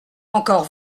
encore